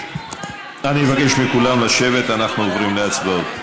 אני מבקש מכולם לשבת, אנחנו עוברים להצבעות.